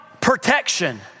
protection